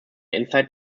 insight